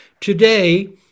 Today